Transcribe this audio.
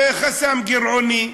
חסם גירעוני,